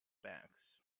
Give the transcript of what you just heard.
banks